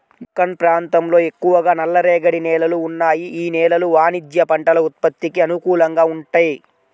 దక్కన్ ప్రాంతంలో ఎక్కువగా నల్లరేగడి నేలలు ఉన్నాయి, యీ నేలలు వాణిజ్య పంటల ఉత్పత్తికి అనుకూలంగా వుంటయ్యి